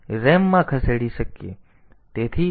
તેથી dptr ને એક નંબર મળશે જ્યાંથી આ સ્ટ્રિંગ સંગ્રહિત છે